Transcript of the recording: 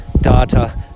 data